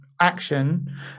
action